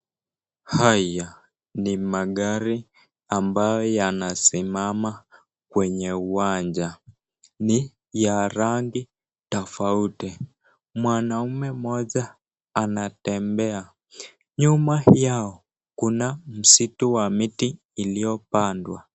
Haya ni magari ambayo yanasimama kwenye uwanja. Ni ya rangi tofauti. Mwanaume mmoja anatembea. Nyuma yao kuna msitu wa miti iliyopandwa.